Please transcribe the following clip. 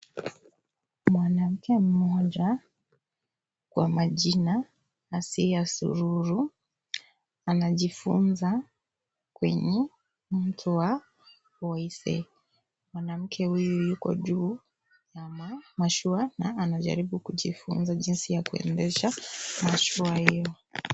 Mwanamke mmoja kwa jina Hasia Sururu anajifunza kwenye mti wa boyse. Mwanamke huyu Yuko juu ya mashua na anajaribu kujifunza jinsi ya kuendesha mashua hiyo.